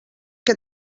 que